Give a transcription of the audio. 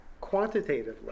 quantitatively